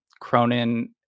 Cronin